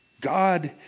God